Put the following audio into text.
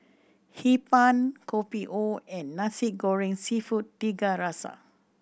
Hee Pan Kopi O and Nasi Goreng Seafood Tiga Rasa